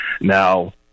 Now